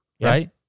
right